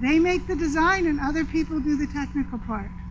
they make the design and other people do the technical part.